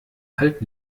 halt